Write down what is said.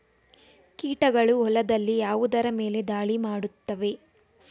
ಕೀಟಗಳು ಹೊಲದಲ್ಲಿ ಯಾವುದರ ಮೇಲೆ ಧಾಳಿ ಮಾಡುತ್ತವೆ?